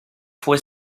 fue